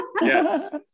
yes